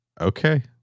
Okay